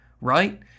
Right